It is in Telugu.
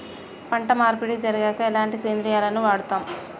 పంట మార్పిడి జరిగాక ఎలాంటి సేంద్రియాలను వాడుతం?